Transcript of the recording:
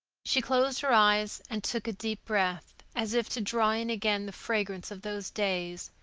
she closed her eyes and took a deep breath, as if to draw in again the fragrance of those days.